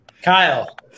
Kyle